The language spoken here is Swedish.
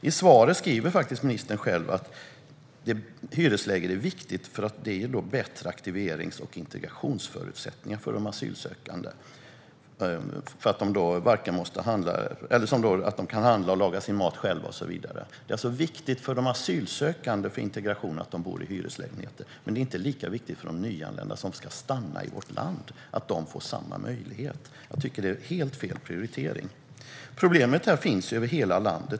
I svaret skriver ministern själv att det är viktigt med hyreslägenheter därför att det ger bättre aktiverings och integrationsförutsättningar för de asylsökande, som kan handla och laga sin mat själva och så vidare. Det är alltså viktigt för integrationen av de asylsökande att de bor i hyreslägenheter, men det är inte lika viktigt att de nyanlända som ska stanna i vårt land får samma möjlighet. Jag tycker att det är helt fel prioritering. Det här problemet finns över hela landet.